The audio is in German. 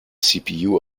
cpu